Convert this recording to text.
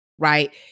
right